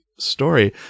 Story